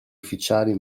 ufficiali